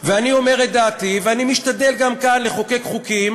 ואני אומר את דעתי, ואני משתדל גם כאן לחוקק חוקים